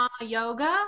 yoga